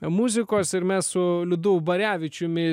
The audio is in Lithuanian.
muzikos ir mes su liudu ubarevičiumi